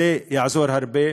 זה יעזור הרבה,